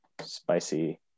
Spicy